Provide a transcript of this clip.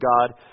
God